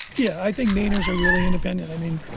yeah i think mainers are really independent. i mean,